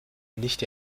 nicht